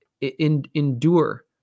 endure